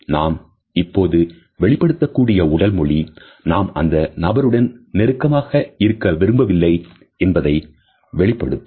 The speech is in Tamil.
நாம் இப்போது வெளிப்படுத்தக்கூடிய உடல் மொழி நாம் அந்த நபருடன் நெருக்கமாக இருக்க விரும்பவில்லை என்பதை வெளிப்படுத்தும்